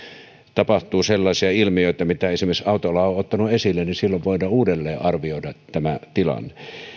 tapahtuu sellaisia ilmiöitä mitä esimerkiksi autoala on ottanut esille niin silloin voidaan uudelleen arvioida tämä tilanne